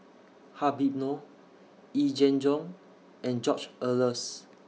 Habib Noh Yee Jenn Jong and George Oehlers